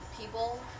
people